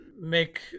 make